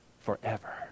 forever